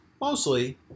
mostly